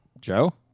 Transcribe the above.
Joe